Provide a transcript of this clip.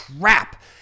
crap